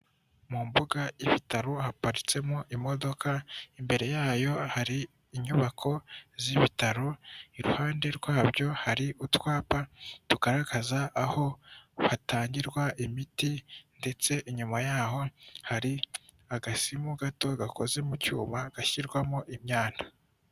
Mu mbuga y'ibitaro haparitsemo imodoka, imbere yayo hari inyubako z'ibitaro, iruhande rwabyo hari utwapa tugaragaza aho hatangirwa imiti ndetse inyuma yaho hari agasimu gato gakoze mu cyuma gashyirwamo imyanda.